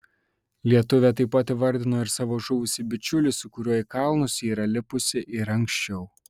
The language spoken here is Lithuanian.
lietuvė taip pat įvardino ir savo žuvusį bičiulį su kuriuo į kalnus ji yra lipusi ir anksčiau